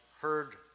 heard